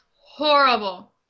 horrible